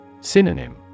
Synonym